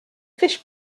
fish